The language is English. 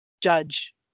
judge